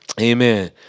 amen